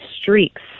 streaks